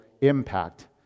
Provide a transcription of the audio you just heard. impact